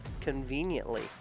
conveniently